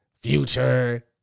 Future